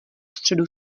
středu